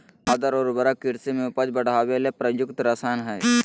खाद और उर्वरक कृषि में उपज बढ़ावे ले प्रयुक्त रसायन हइ